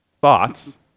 thoughts